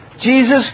Jesus